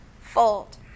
fold